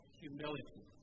humility